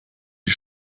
die